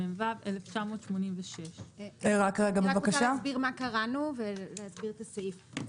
התשמ"ו-1986 ; אני רוצה להסביר מה קראנו ולהסביר את הסעיף.